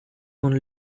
von